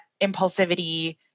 impulsivity